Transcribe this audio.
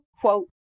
quote